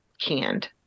canned